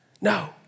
no